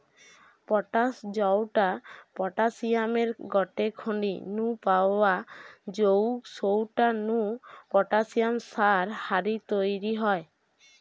potash জউটা পটাশিয়ামের গটে খনি নু পাওয়া জউগ সউটা নু পটাশিয়াম সার হারি তইরি হয়